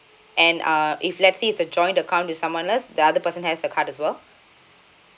and uh if let's see if the joint account with someone else the other person has a card as well